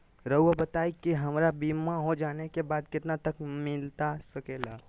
रहुआ बताइए कि हमारा बीमा हो जाने के बाद कितना तक मिलता सके ला?